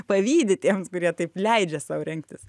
pavydi tiems kurie taip leidžia sau rengtis